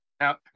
now